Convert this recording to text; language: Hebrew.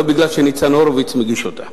לא כי ניצן הורוביץ מגיש אותה.